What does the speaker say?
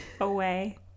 away